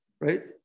right